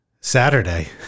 Saturday